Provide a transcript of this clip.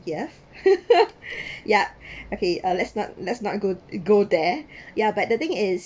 ya yup okay uh let's not let's not go go there ya but the thing is